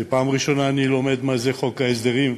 ופעם ראשונה אני לומד מה זה חוק ההסדרים,